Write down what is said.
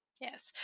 Yes